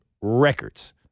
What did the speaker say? records